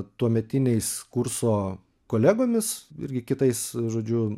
tuometiniais kurso kolegomis irgi kitais žodžiu